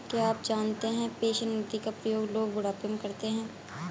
क्या आप जानते है पेंशन निधि का प्रयोग लोग बुढ़ापे में करते है?